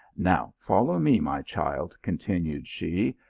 now follow me, my child, continued she,